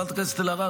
חברת הכנסת אלהרר,